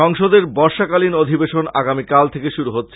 সংসদের বর্ষাকালীন অধিবেশন আগামীকাল থেকে শুরু হচ্ছে